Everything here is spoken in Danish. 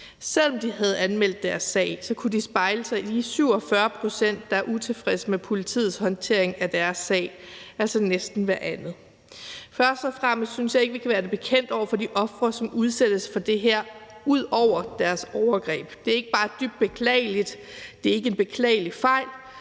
Selv om de havde anmeldt deres sag, kunne de spejle sig i de 47 pct., der er utilfredse med politiets håndtering af deres sag, altså næsten hver anden. Først og fremmest synes jeg ikke, at vi kan være det bekendt over for de ofre, som ud over deres overgreb udsættes for det her. Det er ikke bare dybt beklageligt, det er ikke en beklagelig fejl,